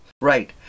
Right